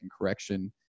correction